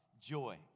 joy